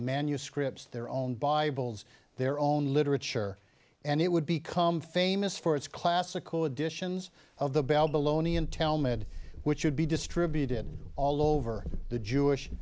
manuscripts their own bibles their own literature and it would become famous for its classical editions of the babylonian talmud which would be distributed all over the jewish